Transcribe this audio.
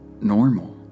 normal